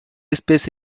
espèce